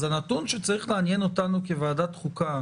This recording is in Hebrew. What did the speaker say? אז הנתון שצריך לעניין אותנו כוועדת חוקה